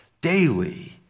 daily